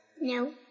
No